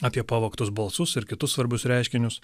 apie pavogtus balsus ir kitus svarbius reiškinius